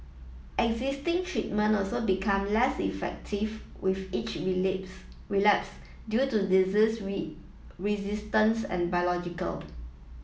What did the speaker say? existing treatment also become less effective with each relapse due to disease resistance and biological